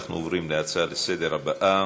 אנחנו עוברים להצעה לסדר-היום הבאה: